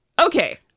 okay